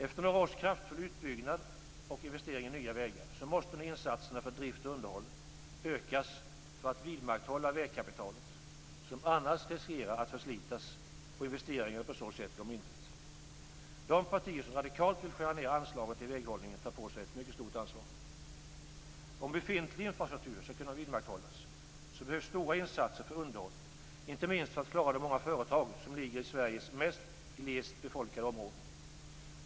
Efter några års kraftig utbyggnad och investering i nya vägar måste nu insatserna för drift och underhåll ökas för att vidmakthålla vägkapitalet som annars riskerar att förslitas och investeringarna på så sätt gå om intet. De partier som radikalt vill skära ned anslagen till väghållningen tar på sig ett mycket stort ansvar. Om befintlig infrastruktur skall kunna vidmakthållas behövs stora insatser för underhåll, inte minst för att klara de många företag som ligger i Sveriges mer glest befolkade områden.